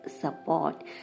support